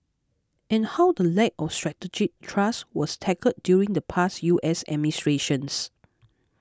and how the lack of strategic trust was tackled during the past U S administrations